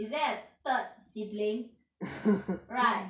is there a third sibling right